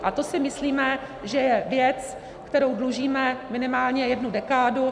A to si myslíme, že je věc, kterou dlužíme minimálně jednu dekádu.